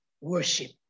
worship